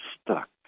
stuck